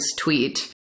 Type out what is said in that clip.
tweet